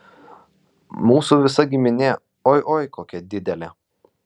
mūsų visa giminė oi oi kokia didelė